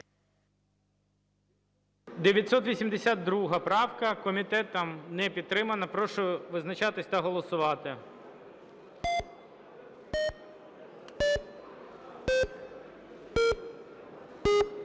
982 правка, комітетом не підтримана. Прошу визначатись та голосувати.